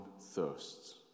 thirsts